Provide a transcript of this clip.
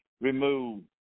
removed